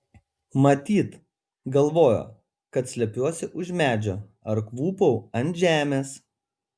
matyt galvojo kad slepiuosi už medžio ar klūpau ant žemės